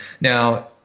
Now